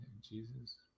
Jesus